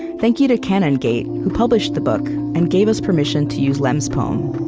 thank you to canongate, who published the book, and gave us permission to use lemn's poem.